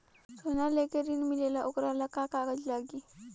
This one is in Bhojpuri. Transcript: सोना लेके ऋण मिलेला वोकरा ला का कागज लागी?